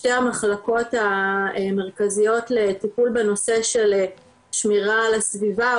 שתי המחלקות המרכזיות לטיפול בנושא של שמירה על הסביבה,